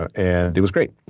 ah and it was great.